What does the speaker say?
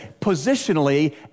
positionally